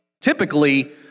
Typically